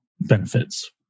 benefits